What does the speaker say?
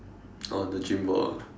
oh the gym ball ah